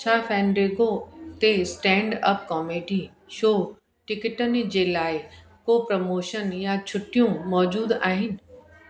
छा फैनडैगो ते stand up comedy show टिकटनि जे लाइ को प्रमोशन या छुटियूं मौजूदु आहिनि